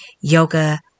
yoga